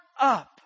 up